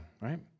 right